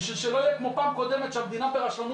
בשביל שלא יהיה כמו פעם קודמת שהמדינה ברשלנות